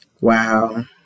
Wow